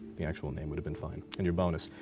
the actual name would have been fine. and your bonus.